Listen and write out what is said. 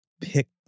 pick